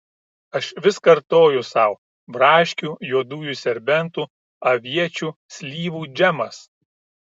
aš vis kartoju sau braškių juodųjų serbentų aviečių slyvų džemas